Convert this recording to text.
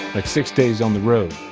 like six days on the road,